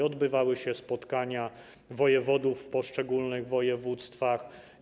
Odbywały się spotkania wojewodów w poszczególnych województwach.